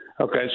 Okay